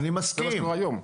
כמו שקורה היום.